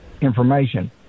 information